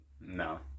no